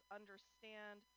understand